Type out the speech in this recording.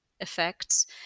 effects